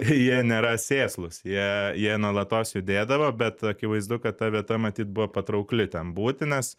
jie nėra sėslūs jie jie nuolatos judėdavo bet akivaizdu kad ta vieta matyt buvo patraukli ten būti nes